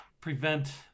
prevent